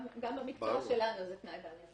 גם במקצוע שלנו זה תנאי בל יעבור.